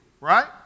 Right